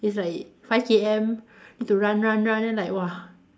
it's like five K_M need to run run run then like !wah!